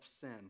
sin